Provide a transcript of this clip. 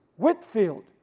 whitfield,